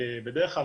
בדרך כלל,